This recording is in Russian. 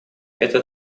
эта